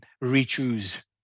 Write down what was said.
re-choose